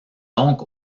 donc